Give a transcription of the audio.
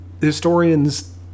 historians